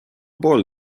pool